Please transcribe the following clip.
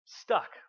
Stuck